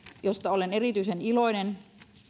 josta olen erityisen iloinen